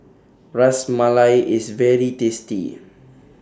Ras Malai IS very tasty